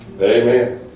amen